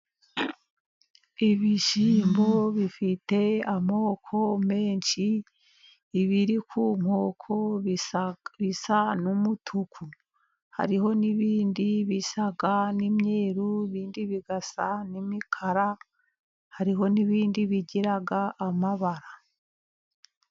Ibishyimbo bifite amoko menshi, ibiri ku nkoko bisa n'umutuku, hariho n'ibindi bisa n'imyeru, ibindi bigasa n'imikara. Hariho n'ibindi bigira amabara.